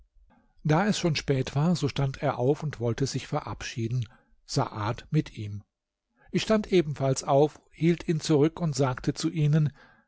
da es schon spät war so stand er auf und wollte sich verabschieden saad mit ihm ich stand ebenfalls auf hielt ihn zurück und sagte zu ihnen